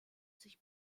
sich